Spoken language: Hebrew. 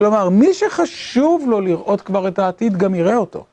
כלומר, מי שחשוב לו לראות כבר את העתיד, גם יראה אותו.